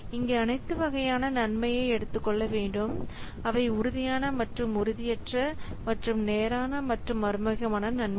இங்கே அனைத்து வகையான நன்மை எடுத்துக்கொள்ள வேண்டும் அவை உறுதியான மற்றும் உறுதியற்ற மற்றும் நேரான மற்றும் மறைமுகமான நன்மைகள்